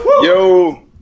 Yo